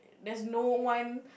there's no one